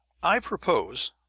i propose,